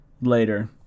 later